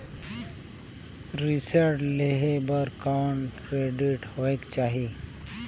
ऋण लेहे बर कौन क्रेडिट होयक चाही?